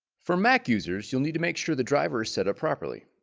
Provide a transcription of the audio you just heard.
for mac users you will need to make sure the driver is set up properly.